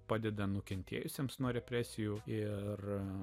padeda nukentėjusiems nuo represijų ir